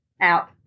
out